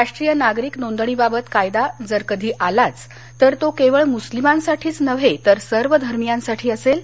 राष्ट्रीय नागरिक नोंदणीबाबत कायदा जर कधी आलाच तर तो केवळ मुस्लिमांसाठीच नव्हे तर सर्व धर्मीयांसाठी असेल